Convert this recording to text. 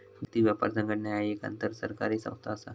जागतिक व्यापार संघटना ह्या एक आंतरसरकारी संस्था असा